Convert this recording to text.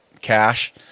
cash